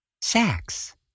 sex